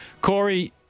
Corey